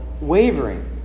wavering